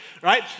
right